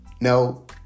no